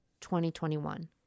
2021